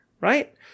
right